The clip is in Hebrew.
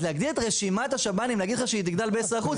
אז להגדיל את רשימת השב"נים ולהגיד לך שהיא תגדל ב-10%